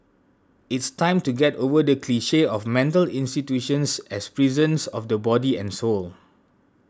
it's time to get over the cliche of mental institutions as prisons of the body and soul